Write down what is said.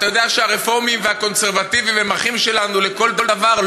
אתה יודע שהרפורמים והקונסרבטיבים הם אחים שלנו לכל דבר,